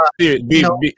no